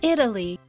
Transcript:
Italy